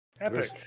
Epic